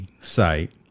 site